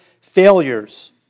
failures